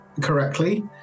correctly